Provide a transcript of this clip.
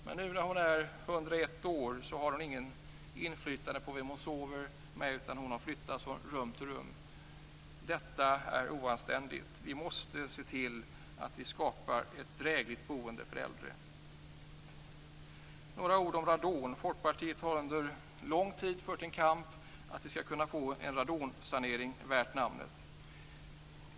Men nu när hon är 101 år har hon inget inflytande på vem hon sover med, utan hon har flyttats från rum till rum. Detta är oanständigt! Vi måste se till att vi skapar ett drägligt boende för äldre. Några ord om radon: Folkpartiet har under lång tid fört en kamp för att vi skall kunna få till stånd en radonsanering värd namnet.